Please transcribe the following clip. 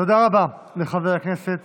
תודה רבה לחבר הכנסת